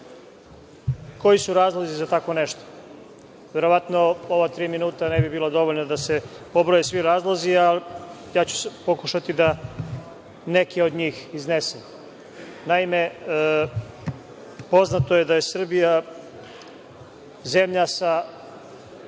bebe. Koji su razlozi za tako nešto? Verovatno ova tri minuta ne bi bilo dovoljno da se pobroje svi razlozi, ali ja ću pokušati da neke od njih iznesem. Naime, poznato je da je Srbija zemlja sa